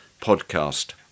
podcast